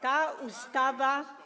Ta ustawa.